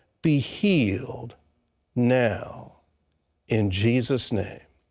be healed now in jesus' name.